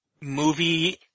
movie